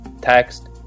text